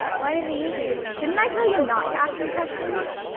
why does he hate you? didn't i tell you not to ask me questions?